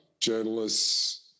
journalists